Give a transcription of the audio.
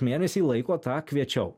mėnesį laiko tą kviečiau